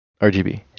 RGB